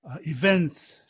events